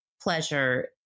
pleasure